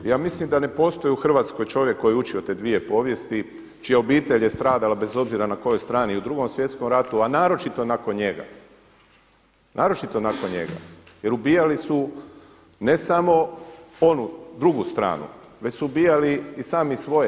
Ja mislim da ne postoji u Hrvatskoj čovjek koji je učio te dvije povijesti, čija obitelj je stradala bez obzira na kojoj strani i u Drugom svjetskom ratu a naročito nakon njega, naročito nakon njega jer ubijali su ne samo onu drugu stranu već su ubijali i sami svoje.